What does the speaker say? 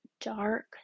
dark